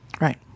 Right